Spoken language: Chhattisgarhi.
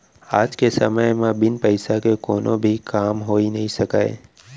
आज के समे म बिन पइसा के कोनो भी काम होइ नइ सकय